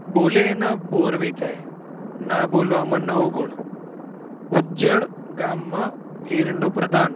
બોલે એના બોર વેચાય ન બોલવામાં નવ ગુણ ઉજ્જડ ગામમાં એરંડો પ્રધાન